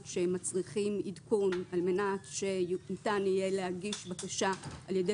שמצריכים עדכון על מנת שניתן יהיה להגיש בקשה על ידי